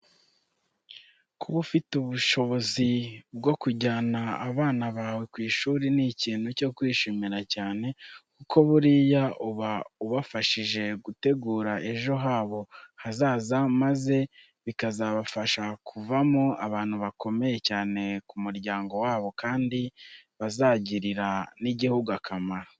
Kuba ufite ubushobozi bwo kujyana abana bawe ku ishuri ni ikintu cyo kwishimira cyane, kuko buriya uba ubafashije gutegura ejo habo hazaza maze bikazabafasha kuvamo abantu bakomeye cyane ku muryango wabo kandi bazagirira n'igihugu akamaro.